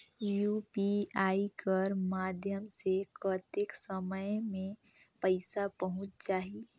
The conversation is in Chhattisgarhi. यू.पी.आई कर माध्यम से कतेक समय मे पइसा पहुंच जाहि?